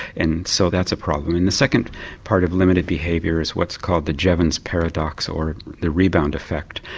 and so that's a problem. and the second part of limited behaviour is what's called the jevon's paradox or the rebound effect.